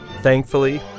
Thankfully